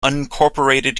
unincorporated